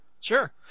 Sure